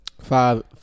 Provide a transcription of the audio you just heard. five